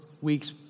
weeks